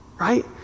Right